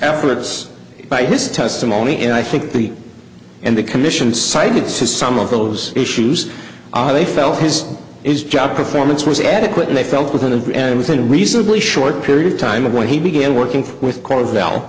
efforts by his testimony and i think the and the commission cited says some of those issues are they felt his is job performance was adequate and they felt within him within a reasonably short period of time when he began working with